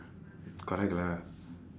correct lah